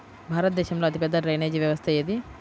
భారతదేశంలో అతిపెద్ద డ్రైనేజీ వ్యవస్థ ఏది?